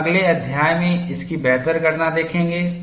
हम अगले अध्याय में इसकी बेहतर गणना देखेंगे